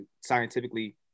scientifically